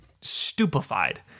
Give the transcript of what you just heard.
stupefied